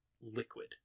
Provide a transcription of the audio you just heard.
liquid